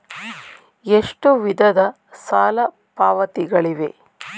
ಎಷ್ಟು ವಿಧದ ಸಾಲ ಪಾವತಿಗಳಿವೆ?